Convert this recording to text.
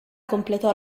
completò